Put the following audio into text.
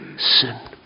Sin